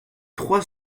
trois